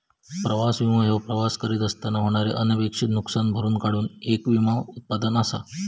प्रवास विमो ह्यो प्रवास करीत असताना होणारे अनपेक्षित नुसकान भरून काढूक येक विमो उत्पादन असा